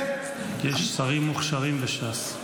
יש שרים מוכשרים בש"ס.